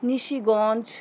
Nishiganj